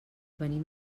venim